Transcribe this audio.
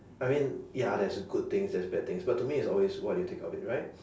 I mean ya there's good things there's bad things but to me it's always what you take out of it right